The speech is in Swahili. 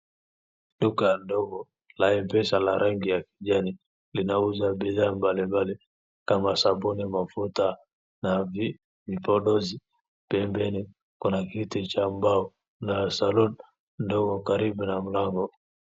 Duka ndogo la Mpesa la rangi ya kijani linauza bidhaa mbalimbali kama sabuni, mafuta na vipodozi. Pembeni kuna kiti cha mbao na salon ndogo karibu na mlango.